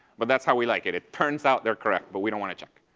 but that's how we like it. it turns out, they're correct, but we don't want to check.